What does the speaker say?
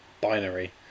binary